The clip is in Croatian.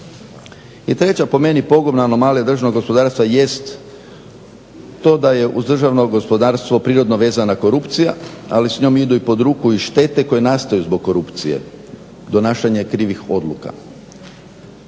I treća po meni pogubna anomalija državnog gospodarstva jest to da je uz državno gospodarstvo prirodno vezana korupcija, ali s njom idu pod ruku i štete koje nastaju zbog korupcije, donašanje krivih odluka.